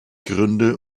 gründe